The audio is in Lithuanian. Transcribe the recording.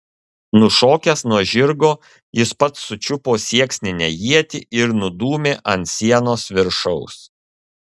nušokęs nuo žirgo jis pats sučiupo sieksninę ietį ir nudūmė ant sienos viršaus